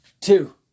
two